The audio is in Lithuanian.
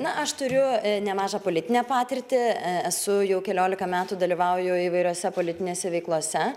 na aš turiu nemažą politinę patirtį e esu jau keliolika metų dalyvauju įvairiose politinėse veiklose